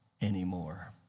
anymore